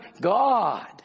God